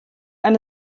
eine